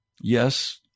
Yes